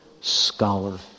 scholar